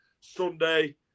Sunday